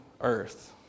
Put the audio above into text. earth